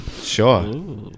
Sure